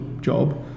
job